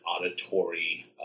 auditory